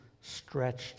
stretched